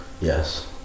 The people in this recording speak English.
Yes